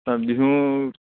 তাত বিহুত